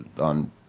on